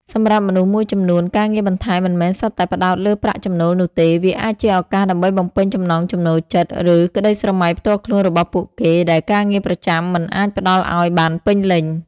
សម្រាប់មនុស្សមួយចំនួន ការងារបន្ថែមមិនមែនសុទ្ធតែផ្តោតលើប្រាក់ចំណូលនោះទេ វាអាចជាឱកាសដើម្បីបំពេញចំណង់ចំណូលចិត្ត ឬក្តីស្រមៃផ្ទាល់ខ្លួនរបស់ពួកគេ ដែលការងារប្រចាំមិនអាចផ្តល់ឱ្យបានពេញលេញ។